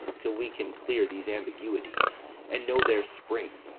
till we can clear these ambiguities and know their spring,